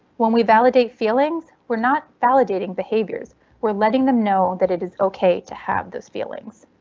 when we validate feelings were not validating behaviors were letting them know that it is ok to have those feelings.